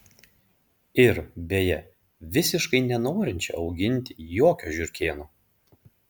ir beje visiškai nenorinčią auginti jokio žiurkėno